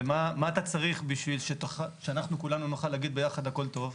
ומה אתה צריך בשביל שאנחנו כולנו נוכל להגיד ביחד: הכול טוב?